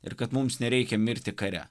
ir kad mums nereikia mirti kare